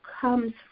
comes